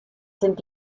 sind